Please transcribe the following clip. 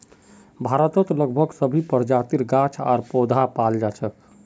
भारतत लगभग सभी प्रजातिर गाछ आर पौधा पाल जा छेक